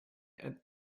and